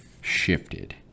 shifted